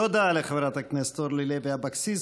תודה לחברת הכנסת אורלי לוי אבקסיס.